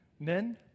Men